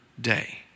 day